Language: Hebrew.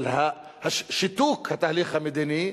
של שיתוק התהליך המדיני,